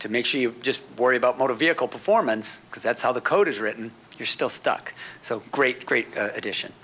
to make sure you just worry about motor vehicle performance because that's how the code is written you're still stuck so great great addition